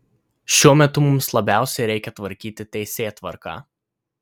šiuo metu mums labiausiai reikia tvarkyti teisėtvarką